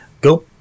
go